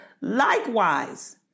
Likewise